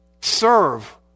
serve